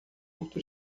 outro